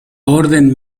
orden